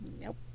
nope